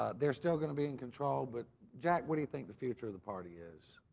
ah they're still going to be in control. but jack, what do you think the future of the party is?